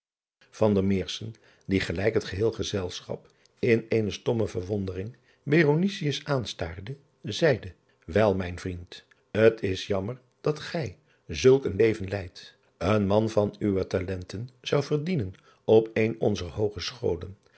die gelijk het geheel gezelfchap in eene stomme verwondering aanstaarde zeide el mijn vriend t s jammer dat gij zulk een leven leidt een man van uwe talenten zou verdienen op eene onzer oogescholen